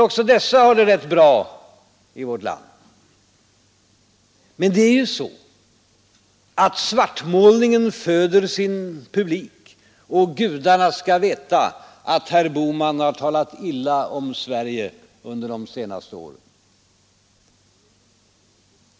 Också dessa har det rätt bra i vårt land. Men det är ju så, att svartmålningen föder sin publik, och gudarna skall veta att herr Bohman har talat illa om Sverige under de senaste åren.